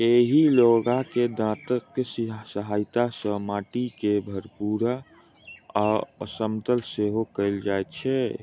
एहि लोहाक दाँतक सहायता सॅ माटि के भूरभूरा आ समतल सेहो कयल जाइत छै